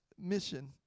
mission